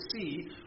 see